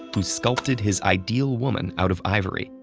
who sculpted his ideal woman out of ivory,